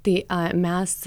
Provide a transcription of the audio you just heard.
tai mes